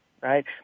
right